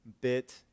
bit